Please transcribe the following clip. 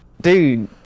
dude